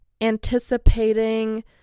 anticipating